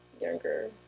younger